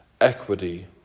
equity